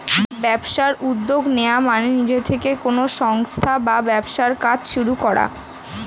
ব্যবসায় উদ্যোগ নেওয়া মানে নিজে থেকে কোনো সংস্থা বা ব্যবসার কাজ শুরু করা